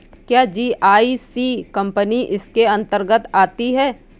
क्या GIC company इसके अन्तर्गत आती है?